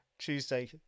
Tuesday